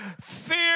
Fear